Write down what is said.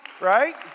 Right